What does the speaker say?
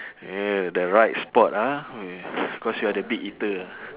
we're the right spot ah we cause we are the big eater